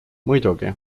muidugi